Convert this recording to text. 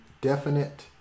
definite